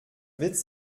witz